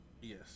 Yes